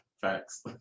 Facts